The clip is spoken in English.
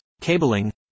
cabling